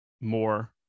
more